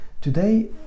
today